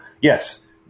yes